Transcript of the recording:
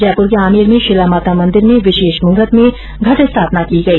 जयपुर के आमेर में शिला माता मंदिर में विशेष मुहर्त में घट स्थापना की गई